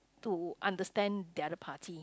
to understand the other party